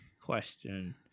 question